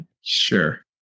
sure